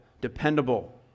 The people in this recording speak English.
dependable